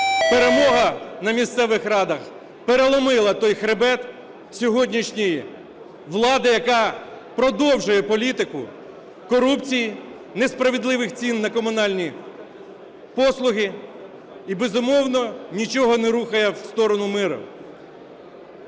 перемога на місцевих радах переломила той хребет сьогоднішній владі, яка продовжує політику корупції, несправедливих цін на комунальні послуги і, безумовно, нічого не рухає в сторону миру.